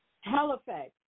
Halifax